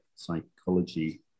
psychology